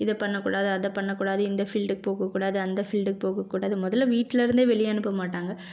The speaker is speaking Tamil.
இதை பண்ணக்கூடாது அதை பண்ணக்கூடாது இந்த ஃபீல்டுக்கு போகக்கூடாது அந்த ஃபீல்டுக்கு போகக்கூடாது முதல்ல வீட்டிலருந்தே வெளியே அனுப்ப மாட்டாங்க